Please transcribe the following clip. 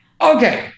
Okay